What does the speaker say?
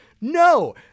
No